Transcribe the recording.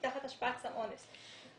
תחת השפעה סם אונס.